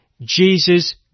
Jesus